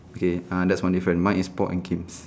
okay ah that's one different mine is paul and kim